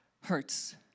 hurts